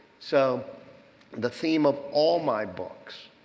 so the theme of all my books,